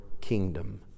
kingdom